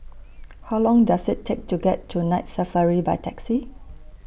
How Long Does IT Take to get to Night Safari By Taxi